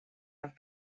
have